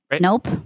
Nope